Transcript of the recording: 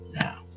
now